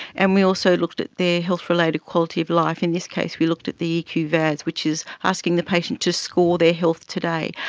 and we also looked at their health related quality of life. in this case we looked at the eq-vas, which is asking the patient to score their health today.